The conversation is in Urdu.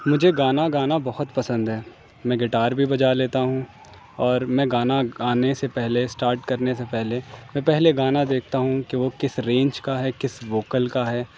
مجھے گانا گانا بہت پسند ہے میں گٹار بھی بجا لیتا ہوں اور میں گانا گانے سے پہلے اسٹارٹ کرنے سے پہلے میں پہلے گانا دیکھتا ہوں کہ وہ کس رینج کا ہے کس ووکل کا ہے